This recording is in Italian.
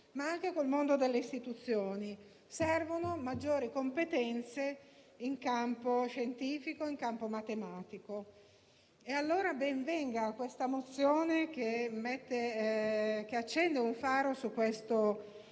ma anche con il mondo delle istituzioni: servono maggiori competenze in campo scientifico e in campo matematico. Ben venga allora questa mozione, che accende un faro su questo